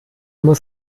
muss